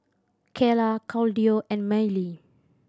Kaela Claudio and Mylee